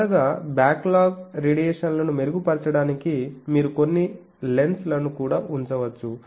చివరగా బ్యాక్లాగ్ రేడియేషన్లను మెరుగుపరచడానికి మీరు కొన్ని లెన్స్లను కూడా ఉంచవచ్చు